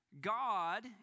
God